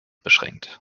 beschränkt